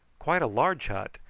quite a large hut,